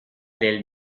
del